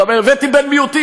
אתה אומר: הבאתי בן מיעוטים,